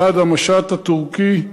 האחד על המשט הטורקי,